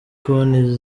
konti